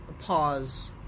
pause